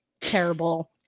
Terrible